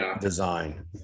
design